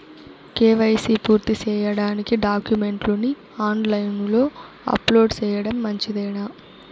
KYC పూర్తి సేయడానికి డాక్యుమెంట్లు ని ఆన్ లైను లో అప్లోడ్ సేయడం మంచిదేనా?